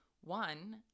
One